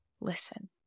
listen